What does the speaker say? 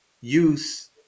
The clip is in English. use